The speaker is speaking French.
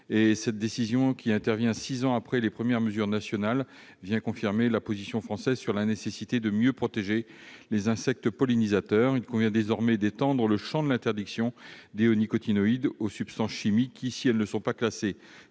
des quantités et intervient six ans après les premières mesures nationales, vient confirmer la position française sur la nécessité de mieux protéger les insectes pollinisateurs. Il convient désormais d'étendre le champ de l'interdiction aux substances chimiques qui, si elles ne sont pas classées